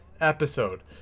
episode